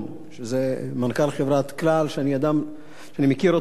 שאני מכיר אותו אישית ומאוד מאוד מעריך אותו,